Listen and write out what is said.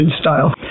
style